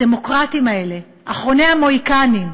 הדמוקרטים האלה, אחרוני המוהיקנים,